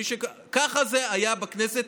ככה זה היה בכנסת.